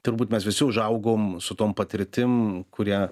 turbūt mes visi užaugom su tom patirtim kurią